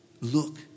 Look